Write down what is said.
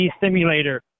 simulator